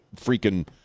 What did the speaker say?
freaking